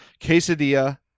quesadilla